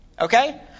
Okay